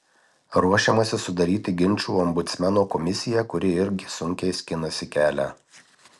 ruošiamasi sudaryti ginčų ombudsmeno komisiją kuri irgi sunkiai skinasi kelią